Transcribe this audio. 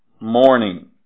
morning